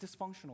dysfunctional